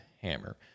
Hammer